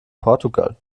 portugal